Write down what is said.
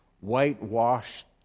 whitewashed